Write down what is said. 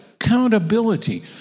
accountability